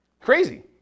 Crazy